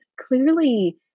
clearly